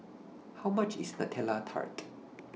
How much IS Nutella Tart